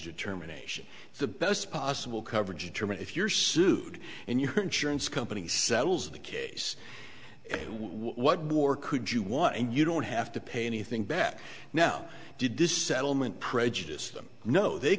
determination it's the best possible coverage determine if you're sued and your insurance company settles the case what more could you want and you don't have to pay anything back now did this settlement prejudiced the